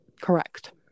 Correct